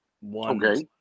One